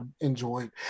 enjoyed